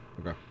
Okay